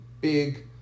big